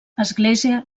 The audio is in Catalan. església